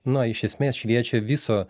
na iš esmės šviečia viso